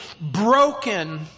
broken